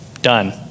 done